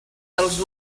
dels